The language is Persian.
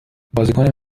بازیکن